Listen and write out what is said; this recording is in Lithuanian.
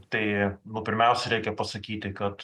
tai nu pirmiausia reikia pasakyti kad